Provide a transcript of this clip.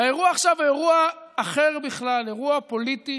האירוע עכשיו הוא אירוע אחר, אירוע פוליטי